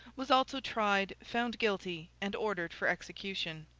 was also tried, found guilty, and ordered for execution.